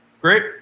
Great